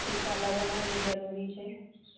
टीका लगाना भी जरूरी छै